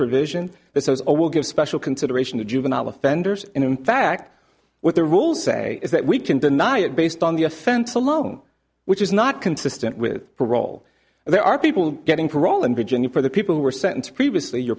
provision this is or will give special consideration to juvenile offenders and in fact what the rules say is that we can deny it based on the offense alone which is not consistent with parole and there are people getting parole in virginia for the people who were sentenced previously your